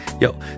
Yo